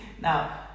Now